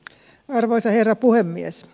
arvoisa herra puhemies